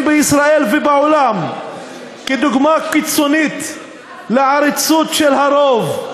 בישראל ובעולם כדוגמה קיצונית לעריצות של הרוב.